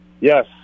Yes